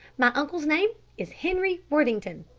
my uncle's name is henry worthington.